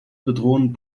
bedrohen